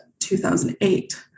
2008